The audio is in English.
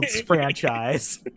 franchise